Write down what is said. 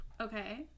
Okay